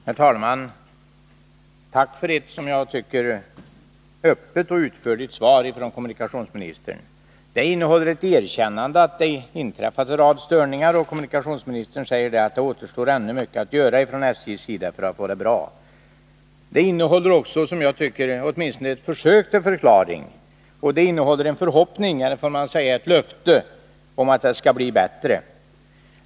Herr talman! Tack för ett, som jag tycker, öppet och utförligt svar från kommunikationsministern. Det innehåller ett erkännande av att det inträffat en rad störningar i tågtrafiken, och kommunikationsministern säger att det ännu återstår mycket att göra för att få den bra. Svaret innehåller också, som jag tycker, åtminstone ett försök till förklaring och en förhoppning eller ett löfte om att det skall bli bättre.